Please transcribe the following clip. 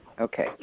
Okay